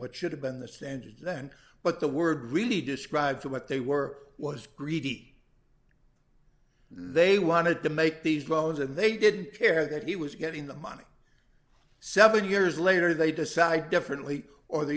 what should have been the standards then but the word to really describe what they were was greedy they wanted to make these loans and they didn't care that he was getting the money seven years later they decide differently or the